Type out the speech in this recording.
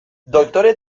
doktore